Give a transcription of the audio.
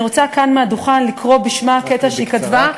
אני רוצה כאן מהדוכן לקרוא בשמה קטע שהיא כתבה,